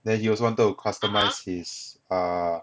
then he also wanted to customize his ah